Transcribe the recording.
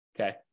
Okay